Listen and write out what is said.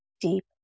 deep